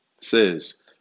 says